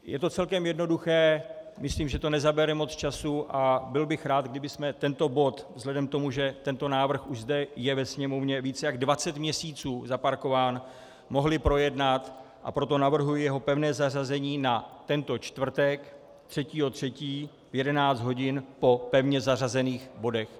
Je to celkem jednoduché, myslím že to nezabere moc času, a byl bych rád, kdybychom tento bod vzhledem k tomu, že tento návrh už zde je ve Sněmovně více než 20 měsíců zaparkován, mohli projednat, a proto navrhuji jeho pevné zařazení na tento čtvrtek 3. 3. v 11 hodin po pevně zařazených bodech.